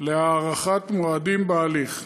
להארכת מועדים בהליך.